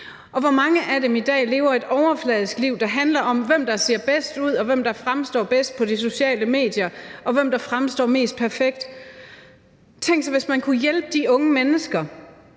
og hvoraf mange i dag lever et overfladisk liv, der handler om, hvem der ser bedst ud, og hvem der fremstår bedst på de sociale medier, og hvem der fremstår mest perfekt. Tænk, hvis man kunne hjælpe de unge mennesker